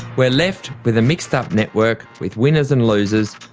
we're left with a mixed up network with winners and losers.